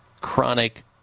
chronic